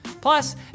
Plus